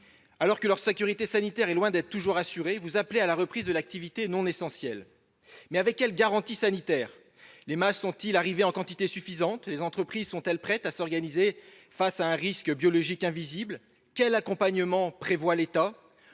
Alors que leur sécurité sanitaire est loin d'être toujours assurée, vous appelez à la reprise de l'activité non essentielle. Mais avec quelles garanties sanitaires ? Les masques sont-ils arrivés en quantité suffisante ? Les entreprises sont-elles prêtes à s'organiser face à un risque biologique invisible ? Quel accompagnement l'État